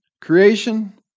Creation